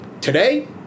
Today